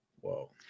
whoa